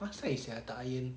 masai sia tak iron